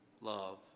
love